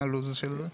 מה הלו"ז של זה?